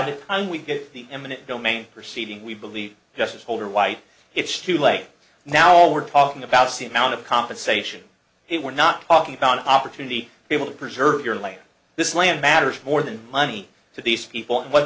that we get the eminent domain proceeding we believe justice holder white it's too late now all we're talking about see amount of compensation it we're not talking about an opportunity to be able to preserve your land this land matters more than money to these people and what